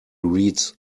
reads